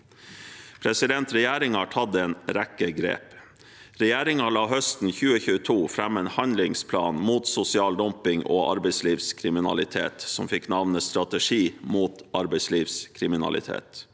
dumping. Regjeringen har tatt en rekke grep. Regjeringen la høsten 2022 fram en handlingsplan mot sosial dumping og arbeidslivskriminalitet og en strategi mot arbeidslivskriminalitet.